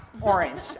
orange